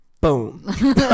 Boom